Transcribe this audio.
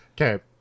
okay